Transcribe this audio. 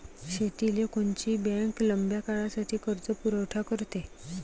शेतीले कोनची बँक लंब्या काळासाठी कर्जपुरवठा करते?